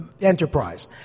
enterprise